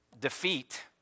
defeat